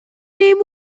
name